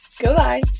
Goodbye